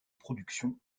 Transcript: production